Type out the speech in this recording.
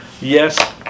Yes